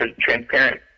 transparent